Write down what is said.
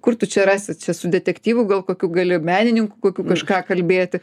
kur tu čia rasi čia su detektyvu gal kokiu gali menininku kokiu kažką kalbėti